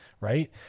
Right